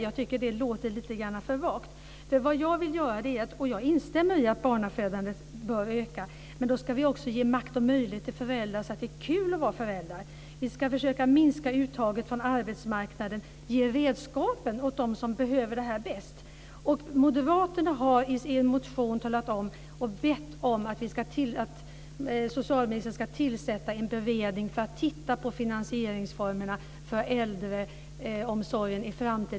Jag tycker att det låter lite för vagt. Jag instämmer i att barnafödandet bör öka, men då ska vi också ge makt och möjligheter till föräldrar så att det blir kul att vara föräldrar. Vi ska försöka minska uttaget från arbetsmarknaden och ge redskapen åt dem som behöver dem bäst. Moderaterna har i sin motion talat om detta och bett socialministern att tillsätta en beredning för att titta på finansieringsformerna för äldreomsorgen i framtiden.